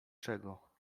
czego